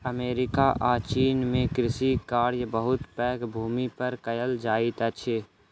America आ चीन में कृषि कार्य बहुत पैघ भूमि पर कएल जाइत अछि